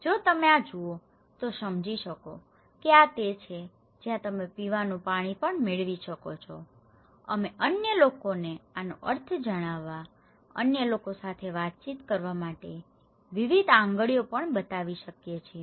જો તમે આ જુઓ તો તમે સમજી શકો છો કે આ તે છે જ્યાં તમે પીવાનું પાણી પણ મેળવી શકો છો અમે અન્ય લોકોને આનો અર્થ જણાવવા અન્ય લોકો સાથે વાતચીત કરવા માટે વિવિધ આંગળીઓ પણ બતાવી શકીએ છીએ